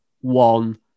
one